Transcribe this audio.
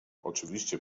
oczywiście